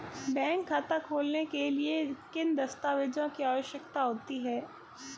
Bank खाता खोलने के लिए किन दस्तावेज़ों की आवश्यकता होती है?